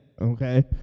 Okay